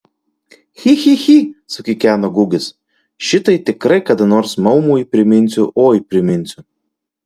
chi chi chi sukikeno gugis šitai tikrai kada nors maumui priminsiu oi priminsiu